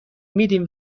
میدین